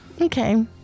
Okay